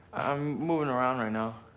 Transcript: i'm movin' around right now.